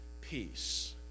peace